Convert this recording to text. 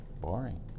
Boring